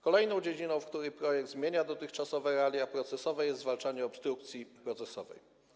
Kolejną dziedziną, w której projekt zmienia dotychczasowe realia procesowe, jest zwalczanie obstrukcji procesowej.